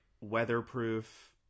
weatherproof